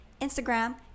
Instagram